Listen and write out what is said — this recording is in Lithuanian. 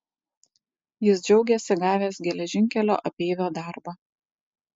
jis džiaugėsi gavęs geležinkelio apeivio darbą